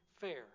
fair